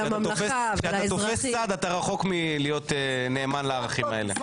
כשאתה תופס צד אתה רחוק מלהיות נאמן לערכים האלה.